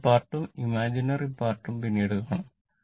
real part ഉം imaginary part ഉം പിന്നീട് കാണാം